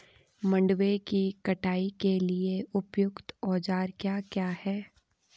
मंडवे की कटाई के लिए उपयुक्त औज़ार क्या क्या हैं?